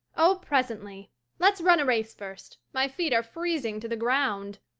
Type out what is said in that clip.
oh, presently let's run a race first my feet are freezing to the ground,